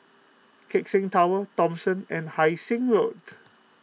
Keck Seng Tower Thomson and Hai Sing Road